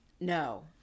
No